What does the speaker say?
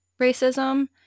racism